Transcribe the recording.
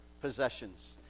possessions